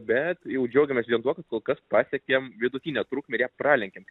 bet jau džiaugiamės vien tuo kad kol kas pasiekėm vidutinę trukmę ir ją pralenkėm